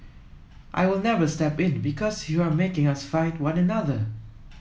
I will never step in because you are making us fight one another